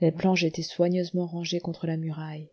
les planches étaient soigneusement rangées contre la muraille